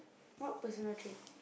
what personal trait